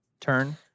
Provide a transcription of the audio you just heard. turn